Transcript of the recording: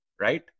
right